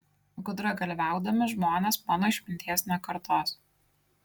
gudragalviaudami žmonės mano išminties nekartos